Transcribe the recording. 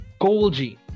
Golgi